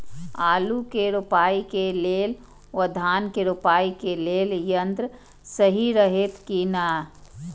आलु के रोपाई के लेल व धान के रोपाई के लेल यन्त्र सहि रहैत कि ना?